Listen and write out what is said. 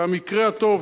במקרה הטוב,